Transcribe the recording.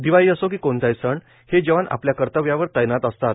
दिवाळी असो की कोणताही सण हे जवान आपल्या कर्तव्यावर तैनात असतात